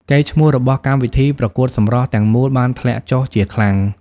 កេរ្តិ៍ឈ្មោះរបស់កម្មវិធីប្រកួតសម្រស់ទាំងមូលបានធ្លាក់ចុះជាខ្លាំង។